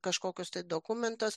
kažkokius dokumentus